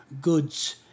goods